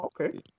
Okay